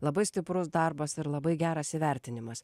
labai stiprus darbas ir labai geras įvertinimas